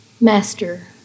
Master